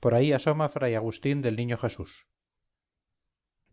por ahí asoma fray agustín del niño jesús